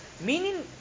MEANING